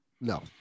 No